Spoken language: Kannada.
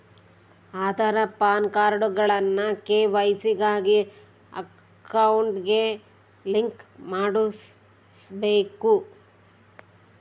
ಆದಾರ್, ಪಾನ್ಕಾರ್ಡ್ಗುಳ್ನ ಕೆ.ವೈ.ಸಿ ಗಾಗಿ ಅಕೌಂಟ್ಗೆ ಲಿಂಕ್ ಮಾಡುಸ್ಬಕು